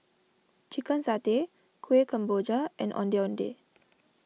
Chicken Satay Kueh Kemboja and Ondeh Ondeh